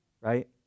right